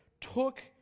took